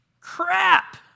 crap